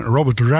Robert